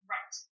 Right